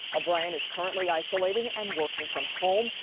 o'brien is currently isolating and working from home.